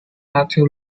matthew